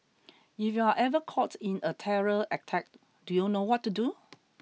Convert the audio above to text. if you are ever caught in a terror attack do you know what to do